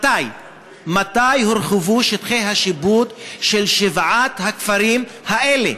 מתי יורחבו שטחי השיפוט של שבעת הכפרים האלה?